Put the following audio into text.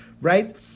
right